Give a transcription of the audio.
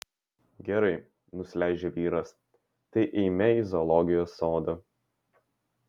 gerai nusileidžia vyras tai eime į zoologijos sodą